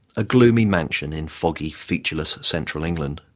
a gloomy mansion in foggy, featureless central england.